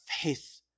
faith